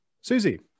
Susie